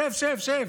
שב, שב,